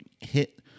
hit